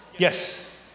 Yes